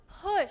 push